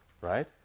right